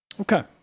Okay